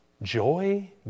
joy